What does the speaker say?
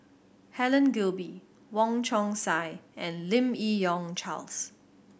Helen Gilbey Wong Chong Sai and Lim Yi Yong Charles